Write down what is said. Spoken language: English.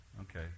Okay